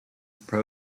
pro